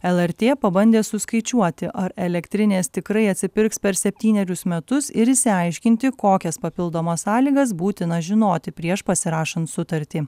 lrt pabandė suskaičiuoti ar elektrinės tikrai atsipirks per septynerius metus ir išsiaiškinti kokias papildomas sąlygas būtina žinoti prieš pasirašant sutartį